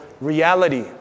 reality